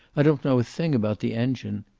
i don't know a thing about the engine.